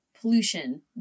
pollution